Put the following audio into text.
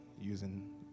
using